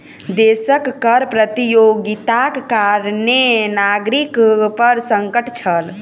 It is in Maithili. देशक कर प्रतियोगिताक कारणें नागरिक पर संकट छल